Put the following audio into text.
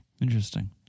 Interesting